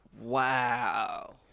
wow